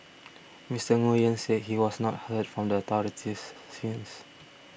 Mister Nguyen said he has not heard from the authorities since